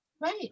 Right